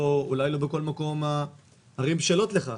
אולי לא בכל מקום הערים בשלות לכך,